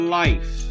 life